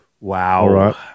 wow